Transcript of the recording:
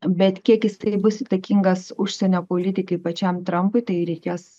bet kiek jisai bus įtakingas užsienio politikai pačiam trampui tai reikės